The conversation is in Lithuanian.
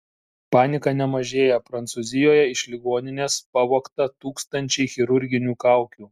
panika nemažėją prancūzijoje iš ligoninės pavogta tūkstančiai chirurginių kaukių